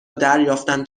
دریافتم